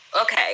Okay